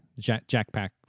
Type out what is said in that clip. Jackpack